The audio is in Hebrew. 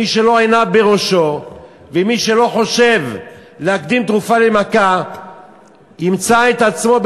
מי שעיניו לא בראשו ומי שלא חושב להקדים תרופה למכה ימצא את עצמו,